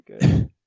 good